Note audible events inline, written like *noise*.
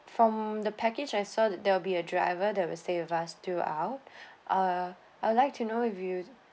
from the package I saw there'll be a driver that will stay with us throughout *breath* uh I would like to know if you